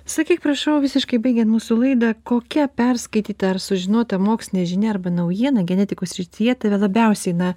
sakyk prašau visiškai baigiant mūsų laidą kokia perskaityta ar sužinota mokslinė žinia arba naujiena genetikos srityje tave labiausiai na